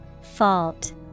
Fault